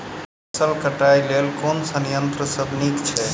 फसल कटाई लेल केँ संयंत्र सब नीक छै?